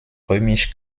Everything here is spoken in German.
römisch